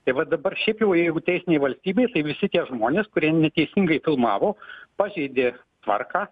tai va dabar šiaip jau jeigu teisinei valstybei tai visi tie žmonės kurie neteisingai filmavo pažeidė tvarką